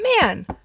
man